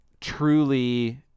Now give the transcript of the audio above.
truly